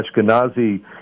Ashkenazi